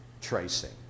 tracing